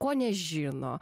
ko nežino